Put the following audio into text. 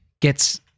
Gets-